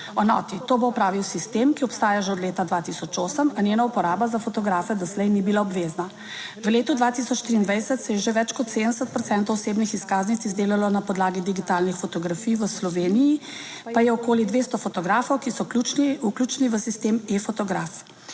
enoti. To bo opravil sistem, ki obstaja že od leta 2008, a njena uporaba za fotografe doslej ni bila obvezna. V letu 2023 se je že več kot 70 procentov osebnih izkaznic izdelalo na podlagi digitalnih fotografij, v Sloveniji pa je okoli 200 fotografov, ki so vključeni v sistem e-fotograf.